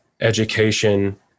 education